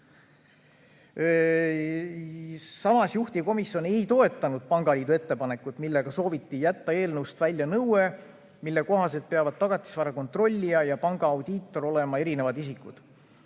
Samas, juhtivkomisjon ei toetanud pangaliidu ettepanekut, millega sooviti jätta eelnõust välja nõue, mille kohaselt peavad tagatisvara kontrollija ja pangaaudiitor olema eri isikud.